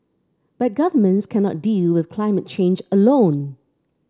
but governments cannot deal with climate change alone